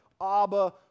Abba